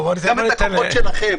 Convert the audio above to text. גם את הכוחות שלכם.